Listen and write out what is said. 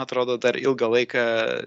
atrodo dar ilgą laiką